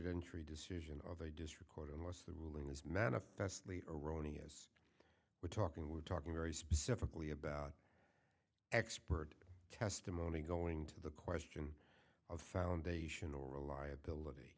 entry decision or they disregard unless the ruling is manifestly erroneous we're talking we're talking very specifically about expert testimony going to the question of foundational reliability